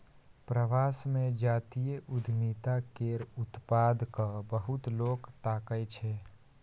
प्रवास मे जातीय उद्यमिता केर उत्पाद केँ बहुत लोक ताकय छै